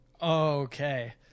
okay